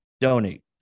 donate